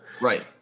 Right